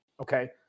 Okay